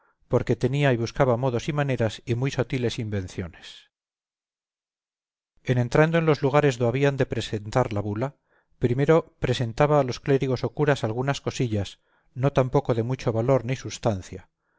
porque tenía y buscaba modos y maneras y muy sotiles invenciones en entrando en los lugares do habían de presentar la bula primero presentaba a los clérigos o curas algunas cosillas no tampoco de mucho valor ni substancia